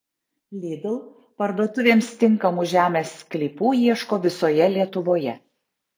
lidl parduotuvėms tinkamų žemės sklypų ieško visoje lietuvoje